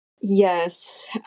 Yes